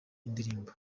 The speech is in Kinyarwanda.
indirimbo